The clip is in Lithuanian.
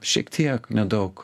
šiek tiek nedaug